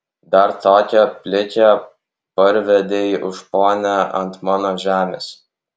dar tokią plikę parvedei už ponią ant mano žemės